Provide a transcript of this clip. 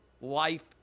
life